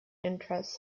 interests